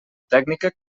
tècnica